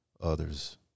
others